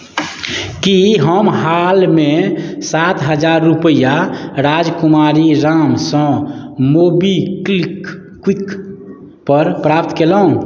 की हम हालमे सात हजार रुपैआ राजकुमारी रामसँ मोबीक्विक क्विकपर प्राप्त केलहुँ